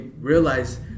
realize